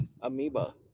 Amoeba